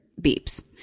beeps